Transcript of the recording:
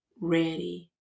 ready